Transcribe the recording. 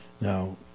Now